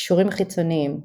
קישורים חיצוניים